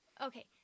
Okay